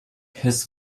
his